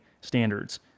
standards